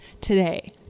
today